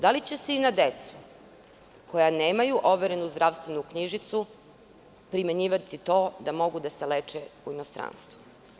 Da li će se i na decu koja nemaju overenu zdravstvenu knjižicu primenjivati to da mogu da se leče u inostranstvu?